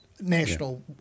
National